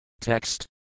Text